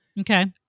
Okay